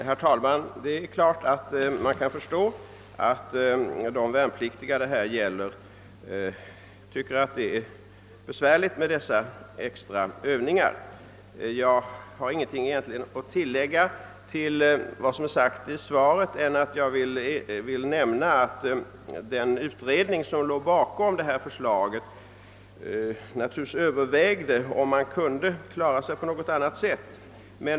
Herr talman! Givetvis kan man förstå att de värnpliktiga det här gäller tycker att det är besvärligt med dessa extra övningar. Jag har egentligen ingenting att tillägga till vad som sagts i svaret annat än att den utredning som låg bakom detta förslag naturligtvis övervägde om man kunde klara sig på något annat sätt.